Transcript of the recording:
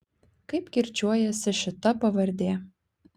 kaip kirčiuojasi šita pavardė